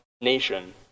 nation